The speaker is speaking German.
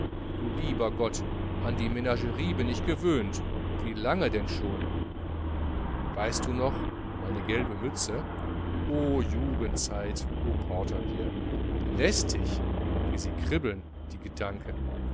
du lieber gott an die menagerie bin ich gewöhnt wie lange denn schon du weißt du noch meine gelbe mütze oh jugendzeit oh porterbier lästig wie sie kribbeln die gedanken